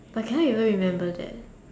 but I cannot even remember that